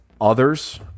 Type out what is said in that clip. others